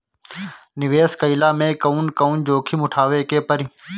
निवेस कईला मे कउन कउन जोखिम उठावे के परि?